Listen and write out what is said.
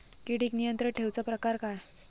किडिक नियंत्रण ठेवुचा प्रकार काय?